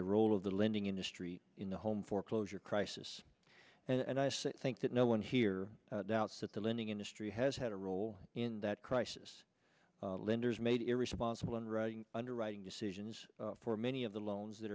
the role of the lending industry in the home foreclosure crisis and i think that no one here doubts that the lending industry has had a role in that crisis lenders made irresponsible in writing underwriting decisions for many of the loans that